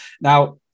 now